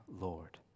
Lord